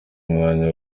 umwanya